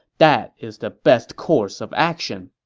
that is the best course of action.